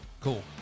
Cool